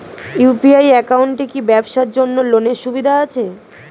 UPI একাউন্টে কি ব্যবসার জন্য লোনের সুবিধা আছে?